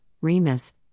remus